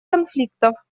конфликтов